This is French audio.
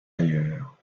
ailleurs